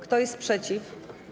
Kto jest przeciw?